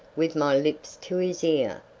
with my lips to his ear.